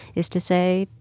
is to say,